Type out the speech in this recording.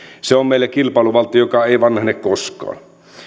se on meille kilpailuvaltti joka ei vanhene koskaan